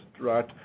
right